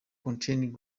contains